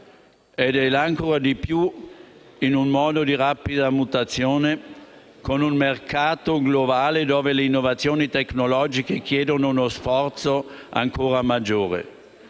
lo è ancora di più in un mondo in rapida mutazione con un mercato globale dove le innovazioni tecnologiche chiedono uno sforzo ancora maggiore.